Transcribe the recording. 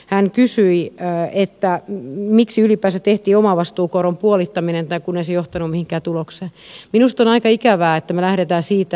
hän kysyi miksi ylipäänsä tehtiin omavastuukoron puolittaminen kun ei se johtanut mihinkään tulokseen